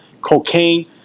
cocaine